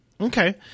Okay